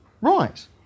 Right